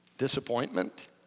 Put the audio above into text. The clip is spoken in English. disappointment